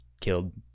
killed